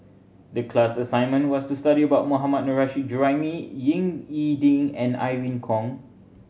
the class assignment was to study about Mohammad Nurrasyid Juraimi Ying E Ding and Irene Khong